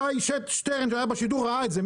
שי שטרן בשידור ראה את זה,